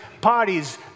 parties